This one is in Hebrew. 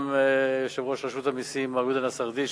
גם יושב-ראש רשות המסים מר יהודה נסרדישי,